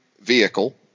vehicle